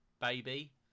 baby